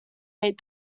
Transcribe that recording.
eight